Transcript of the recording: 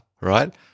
right